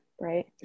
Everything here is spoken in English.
Right